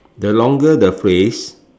the longer the phrase